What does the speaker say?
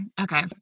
Okay